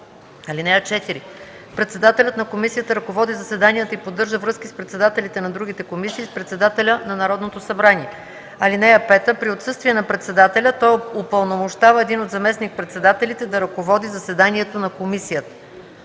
(4) Председателят на комисията ръководи заседанията и поддържа връзки с председателите на другите комисии и с председателя на Народното събрание. (5) При отсъствие на председателя той упълномощава един от заместник-председателите да ръководи заседанието на комисията.”